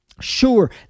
Sure